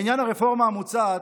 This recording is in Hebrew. בעניין הרפורמה המוצעת,